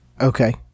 Okay